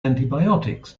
antibiotics